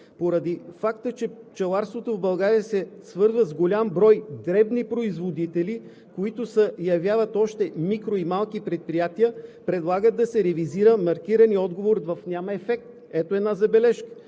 „Поради факта, че пчеларството в България се свързва с голям брой дребни производители, които се явяват още микро- и малки предприятия, предлагат да се ревизира маркираният отговор“ – няма ефект. Ето една забележка!